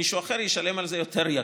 מישהו אחר ישלם על זה יותר ביוקר,